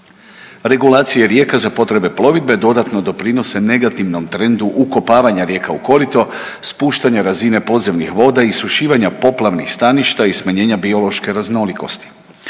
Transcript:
Regulacije rijeka za potrebe plovidbe dodatno doprinose negativnom trendu ukopavanja rijeka u korito, spuštanje razine podzemnih voda, isušivanja poplavnih staništa i smanjenja biološke raznolikosti.